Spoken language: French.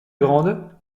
grande